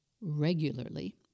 regularly